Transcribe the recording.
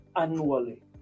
annually